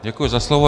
Děkuji za slovo.